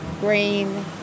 green